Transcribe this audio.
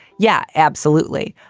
yeah, absolutely.